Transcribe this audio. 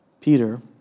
Peter